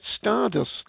Stardust